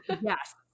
yes